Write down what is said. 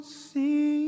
see